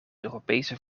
europese